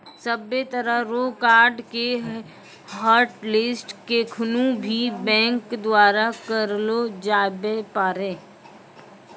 सभ्भे तरह रो कार्ड के हाटलिस्ट केखनू भी बैंक द्वारा करलो जाबै पारै